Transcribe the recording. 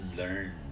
learn